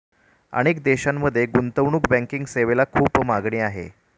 अनेक देशांमध्ये गुंतवणूक बँकिंग सेवेला खूप मागणी आहे